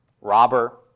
robber